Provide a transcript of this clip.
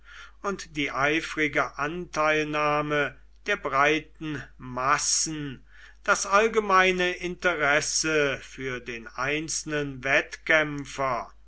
und die eifrige anteilnahme der breiten massen das allgemeine interesse für den einzelnen wettkämpfer